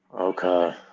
Okay